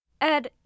Ed